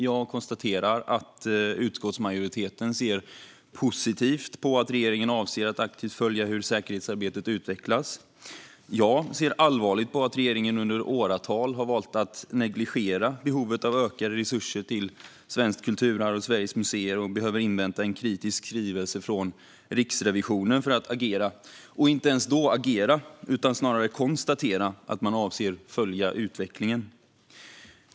Jag konstaterar att utskottsmajoriteten ser positivt på att regeringen avser att aktivt följa hur säkerhetsarbetet utvecklas. Jag ser allvarligt på att regeringen under åratal har valt att negligera behovet av ökade resurser till svenskt kulturarv och Sveriges museer och att man behövt invänta en kritisk skrivelse från Riksrevisionen för att agera - och inte ens då agerar utan konstaterar att man avser att följa utvecklingen.